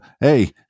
Hey